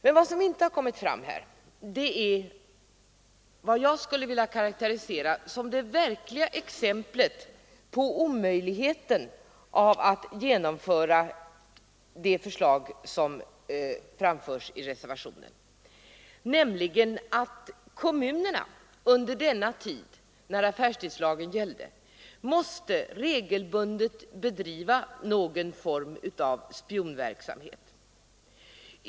Men något som inte har kommit fram i denna debatt är vad jag skulle vilja karakterisera som det bästa exemplet på omöjligheten av att genomföra det förslag som framförs i reservationen, nämligen att kommunerna under den tid som affärstidslagen gällde regelbundet måste bedriva en form av spionverksamhet.